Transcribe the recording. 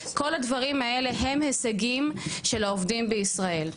כל הדברים האלה הם הישגים של העובדים בישראל.